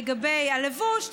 לגבי הלבוש,